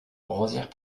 rosières